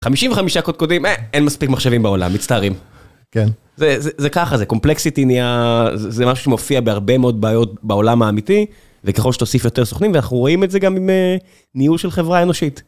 חמישים וחמישה קודקודים, הא, אין מספיק מחשבים בעולם, מצטערים. כן. זה ככה, זה קומפלקסיטי, זה משהו שמופיע בהרבה מאוד בעיות בעולם האמיתי, וככל שתוסיף יותר סוכנים, ואנחנו רואים את זה גם עם ניהול של חברה אנושית.